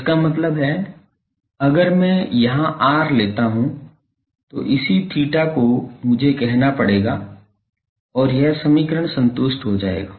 इसका मतलब है अगर मैं यहाँ r लेता हूँ तो इसी theta को मुझे कहना पड़ेगा और यह समीकरण संतुष्ट हो जाएगा